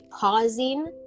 pausing